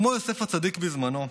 כמו יוסף הצדיק בזמנו,